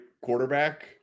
quarterback